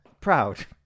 Proud